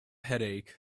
headache